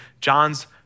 John's